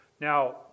Now